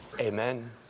Amen